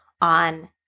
on